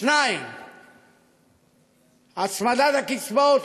2. הצמדת הקצבאות,